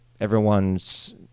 Everyone's